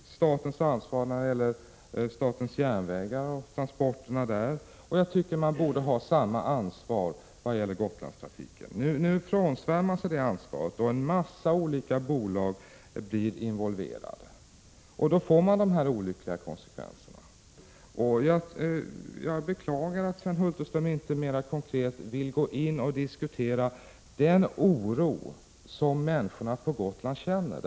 Staten borde ha precis samma ansvar för Gotlandstrafiken som den har när det gäller statens järnvägar och dess transporter. Nu frånsvär man sig det ansvaret, och en massa olika bolag blir involverade. På detta sätt får vi dessa olyckliga konsekvenser. Jag beklagar att Sven Hulterström inte mer konkret vill gå in och diskutera den oro som människorna på Gotland känner.